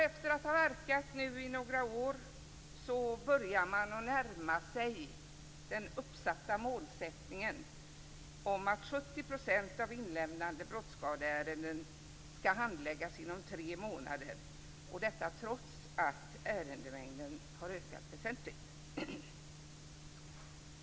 Efter att ha verkat i några år börjar man närma sig den uppsatta målsättningen om att 70 % av inlämnade brottsskadeärenden skall handläggas inom tre månader, detta trots att ärendemängden har ökat väsentligt.